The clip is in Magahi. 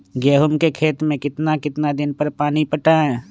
गेंहू के खेत मे कितना कितना दिन पर पानी पटाये?